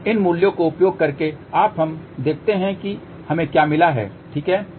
इन मूल्यों का उपयोग करके अब हम देखते हैं कि हमें क्या मिला है ठीक है